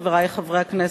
חברי חברי הכנסת,